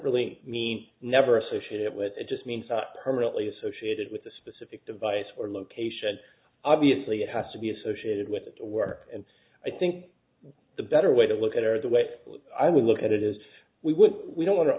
really mean never associate it with it just means permanently associated with a specific device or location obviously it has to be associated with work and i think the better way to look at or the way i would look at it is we would we don't want to